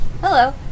Hello